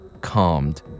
calmed